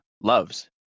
loves